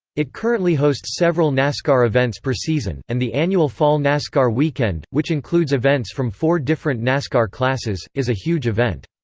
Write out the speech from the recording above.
it currently hosts several nascar events per season, and the annual fall nascar weekend, which includes events from four different nascar classes, is a huge event.